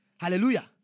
Hallelujah